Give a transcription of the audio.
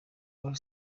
ally